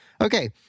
Okay